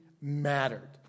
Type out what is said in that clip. mattered